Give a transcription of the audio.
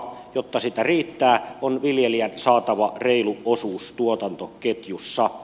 jotta sitä riittää on viljelijän saatava reilu osuus tuotantoketjussa